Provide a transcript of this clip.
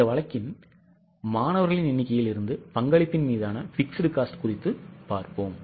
இந்த வழக்கில் மாணவர்களின் எண்ணிக்கையில் இருந்து பங்களிப்பின் மீதான fixed cost குறித்து பார்ப்போம்